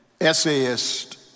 essayist